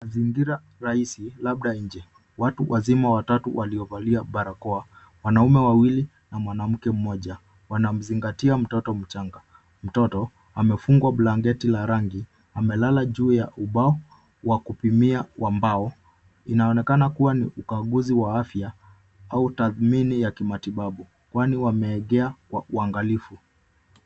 Mazingira rahisi labda nje. Watu wazima watatu waliovalia barakoa, wanaume wawili na mwanamke mmoja wanamzingatia mtoto mchanga. Mtoto amefungwa blanketi la rangi. Amelala juu ya ubao wa kupimia wa mbao, inaonekana kuwa ni ukaguzi wa afya au tathmini ya kimatibabu, kwani wameegea kwa uangalifu.